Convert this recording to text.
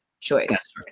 choice